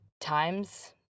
times